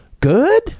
good